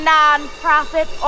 non-profit